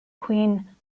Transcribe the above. queen